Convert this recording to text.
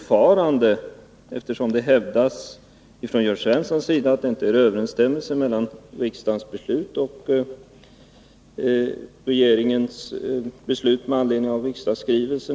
påstår att det inte råder någon överensstämmelse mellan riksdagens beslut och regeringens handlande med anledning av riksdagens skrivelse.